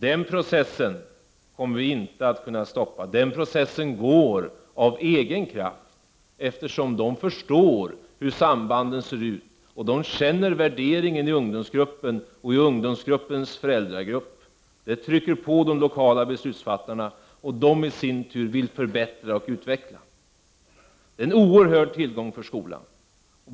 Den processen kommer vi inte att kunna stoppa, den processen sker av egen kraft eftersom dessa människor förstår hur sambandet ser ut och känner värderingen i ungdomsgruppen och i ungdomsgruppens föräldragrupp. Det innebär ett tryck på de lokala beslutsfattarna och de i sin tur vill förbättra och utveckla. Det är en oerhörd tillgång för skolan.